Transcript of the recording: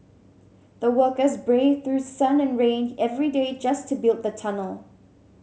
the workers braved through sun and rain every day just to build the tunnel